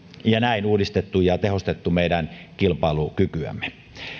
ja näin uudistettu ja tehostettu meidän kilpailukykyämme